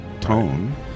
tone